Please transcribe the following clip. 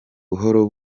buhoro